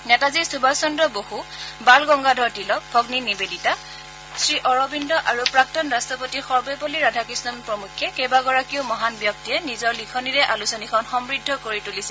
নেতাজী সুভাষ চন্দ্ৰ বসু বাল গংগাধৰ তিলক ভগ্নী নিৱেদিতা শ্ৰীঅৰবিন্দ আৰু প্ৰাক্তন ৰাষ্ট্ৰতি সৰ্বেপল্লী ৰাধাকৃষণ প্ৰমুখ্যে কেইবাগৰাকীও মহান ব্যক্তিয়ে নিজৰ লিখনিৰে আলোচনীখন সমূদ্ধ কৰি তুলিছিল